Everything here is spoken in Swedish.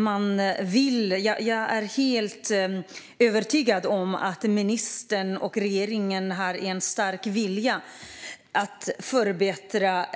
Jag är helt övertygad om att ministern och regeringen har en stark vilja att förbättra